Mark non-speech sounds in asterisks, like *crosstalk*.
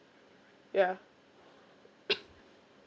ya *coughs*